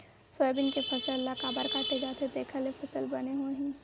Soybean के फसल ल काबर काटे जाथे जेखर ले फसल बने होही?